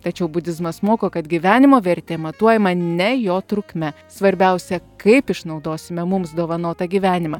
tačiau budizmas moko kad gyvenimo vertė matuojama ne jo trukme svarbiausia kaip išnaudosime mums dovanotą gyvenimą